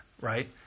right